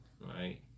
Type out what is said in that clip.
right